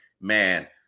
Man